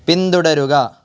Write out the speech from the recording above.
പിന്തുടരുക